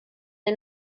der